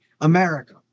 America